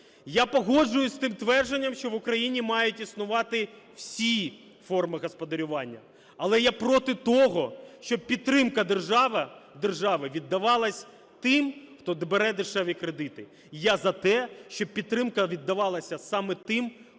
Я погоджуюсь з тим твердженням, що в Україні мають існувати всі форми господарювання. Але я проти того, щоб підтримка держави віддавалась тим, хто бере дешеві кредити. Я за те, щоб підтримка віддавалась саме тим,